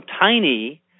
tiny